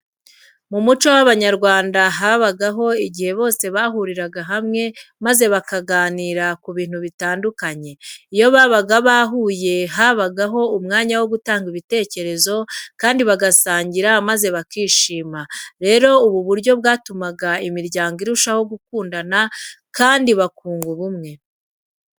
Mu muco w'Abanyarwanda habagaho igihe bose bahuriraga hamwe maze bakaganira ku bintu bitandukanye. Iyo babaga bahuye habagaho umwanya wo gutanga ibitekerezo kandi bagasangira maze bakishima. Rero ubu buryo bwatumaga imiryango irushaho gukundana kandi bakunga ubumwe.